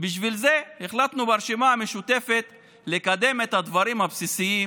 ובשביל זה החלטנו ברשימה המשותפת לקדם את הדברים הבסיסיים